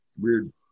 weird